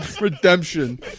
Redemption